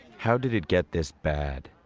how did it get this bad?